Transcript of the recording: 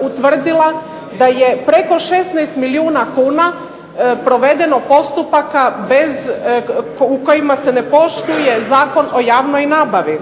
utvrdila da je preko 16 milijuna kuna provedeno postupaka bez, u kojima se ne poštuje Zakon o javnoj nabavi.